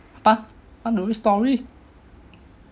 pa want to hear story